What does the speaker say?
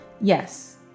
Yes